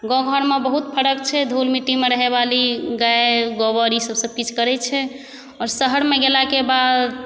गाम घरमे बहुत फरक छै धूल मिट्टीमे रहयबाली गाय गोबर ई सब सबकिछु करै छै आओर शहरमे गेलाके बाद